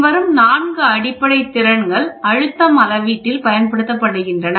பின்வரும் நான்கு அடிப்படை திறன்கள் அழுத்தம் அளவீட்டில் பயன்படுத்தப்படுகின்றன